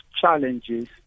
challenges